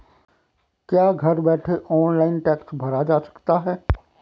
क्या घर बैठे ऑनलाइन टैक्स भरा जा सकता है?